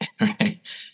Right